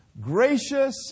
Gracious